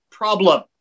problem